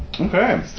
Okay